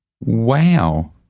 Wow